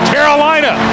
Carolina